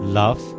love